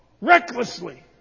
recklessly